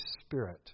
Spirit